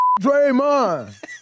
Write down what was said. Draymond